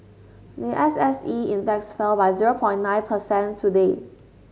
the S S E Index fell by zero point nine percent today